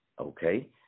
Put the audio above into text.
Okay